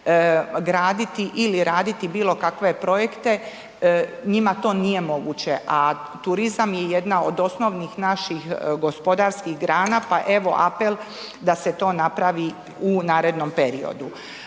graditi ili raditi bilo kakve projekte njima to nije moguće, a turizam je jedna od osnovnih naših gospodarskih grana, pa evo apel da se to napravi u narednom periodu.